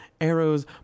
arrows